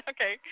Okay